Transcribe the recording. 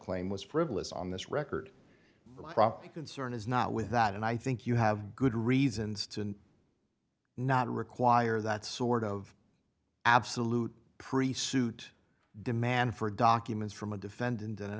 claim was frivolous on this record the concern is not with that and i think you have good reasons to not require that sort of absolute priest suit demand for documents from a defendant